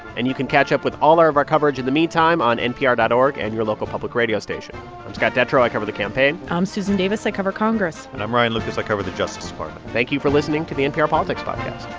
and you can catch up with all our other coverage in the meantime on npr dot org and your local public radio station i'm scott detrow. i cover the campaign i'm susan davis. i cover congress and i'm ryan lucas. i cover the justice department thank you for listening to the npr politics podcast